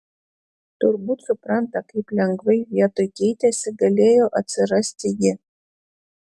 turbūt supranta kaip lengvai vietoj keitėsi galėjo atsirasti ji